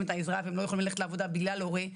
את העזרה והם לא יכולים ללכת לעבודה בגלל הורה,